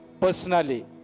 personally